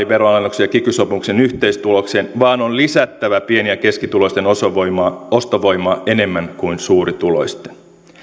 veronalennuksia kiky sopimuksen yhteistuloksena vaan on lisättävä pieni ja keskituloisten ostovoimaa ostovoimaa enemmän kuin suurituloisten